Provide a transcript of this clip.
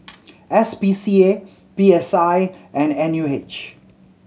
S P C A P S I and N U H